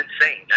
insane